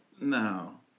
No